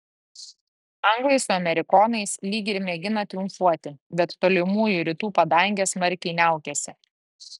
anglai su amerikonais lyg ir mėgina triumfuoti bet tolimųjų rytų padangė smarkiai niaukiasi